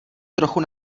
trochu